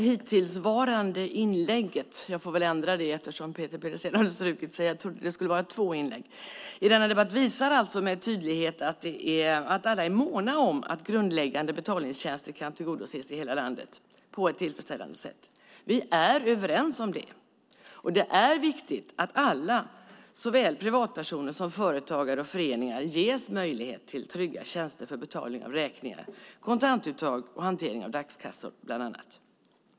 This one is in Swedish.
Herr talman! Det senaste inlägget i denna debatt visar med tydlighet att alla är måna om att grundläggande betaltjänster kan tillgodoses i hela landet på ett tillfredsställande sätt. Vi är överens om det. Det är viktigt att alla, såväl privatpersoner som företagare och föreningar, ges möjlighet till trygga tjänster för betalning av räkningar, kontantuttag och hantering av dagskassor med mera.